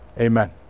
Amen